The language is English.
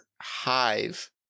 Hive